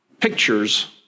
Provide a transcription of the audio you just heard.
pictures